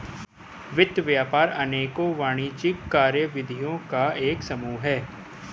वित्त व्यापार अनेकों वाणिज्यिक कार्यविधियों का एक समूह है